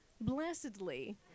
blessedly